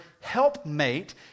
helpmate